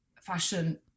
fashion